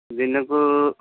ଦିନକୁ